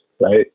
Right